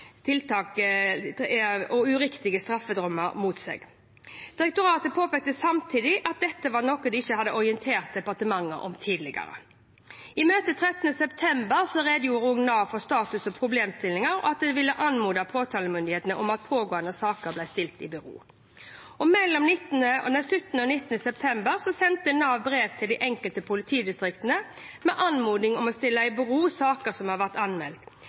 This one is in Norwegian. tiltak og uriktige straffedommer mot seg. Direktoratet påpekte samtidig at dette var noe de ikke hadde orientert departementet om tidligere. I møte 13. september redegjorde Nav for status og problemstillinger, og at de ville anmode påtalemyndigheten om at pågående saker ble stilt i bero. Mellom 17. og 19. september sendte Nav brev til de enkelte politidistriktene med anmodning om å stille i bero sakene som var anmeldt,